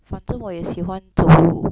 反正我也喜欢走步